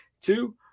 two